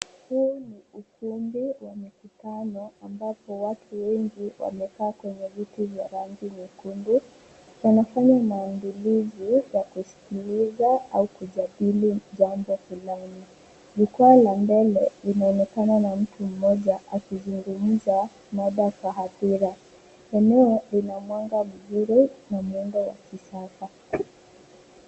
Huu ni ukumbi wa mkutano ambapo watu wengi wamekaa kwenye viti vya rangi nyekundu. Wanafanya maandalizi ya kusikiliza au kujadili jambo fulani. Jukwaa la mbele inaonekana na mtu mmoja akizungumza mada kwa taswira. Eneo lina mwanga mzuri na muundo wa kisasa.